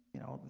you know,